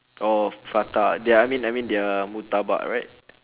oh prata their I mean I mean their murtabak right